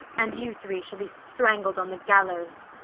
and you three shall be strangled on the gallowes.